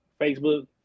Facebook